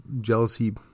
jealousy